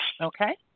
okay